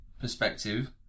perspective